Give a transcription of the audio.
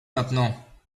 maintenant